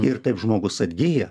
ir taip žmogus atgyja